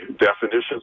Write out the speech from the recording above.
definitions